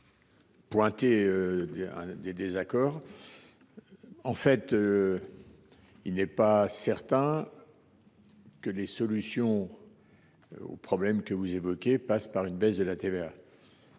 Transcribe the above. Mais il n’est pas certain que les solutions aux problèmes que vous évoquez passent par une baisse de la TVA…